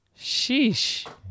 sheesh